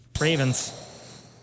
Ravens